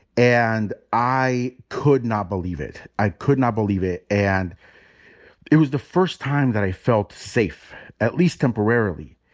and i could not believe it. i could not believe it. and it was the first time that i felt safe at least temporarily.